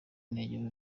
negera